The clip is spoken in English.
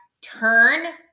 turn